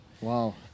Wow